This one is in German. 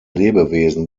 lebewesen